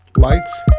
Lights